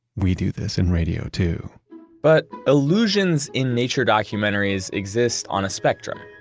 we do this in radio, too but illusions in nature, documentaries exist on a spectrum.